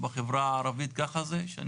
ובחברה הערבית ככה זה?